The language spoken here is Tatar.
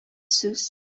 сүз